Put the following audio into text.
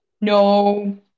No